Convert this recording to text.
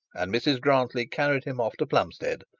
and mrs grantly carried him off to plumstead,